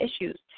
issues